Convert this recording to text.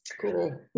cool